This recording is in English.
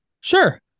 Sure